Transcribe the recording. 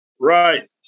Right